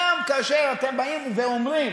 גם כאשר אתם באים ואומרים